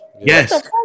Yes